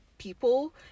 people